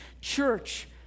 church